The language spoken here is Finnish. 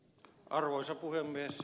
arvoisa puhemies